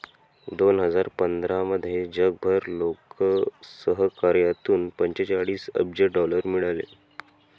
दोन हजार पंधरामध्ये जगभर लोकसहकार्यातून पंचेचाळीस अब्ज डॉलर मिळाले